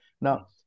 Now